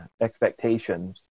expectations